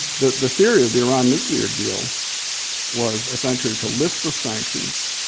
the the theory of the iran nuclear deal was essentially to lift the sanctions,